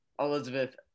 Elizabeth